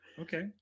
okay